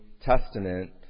Testament